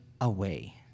away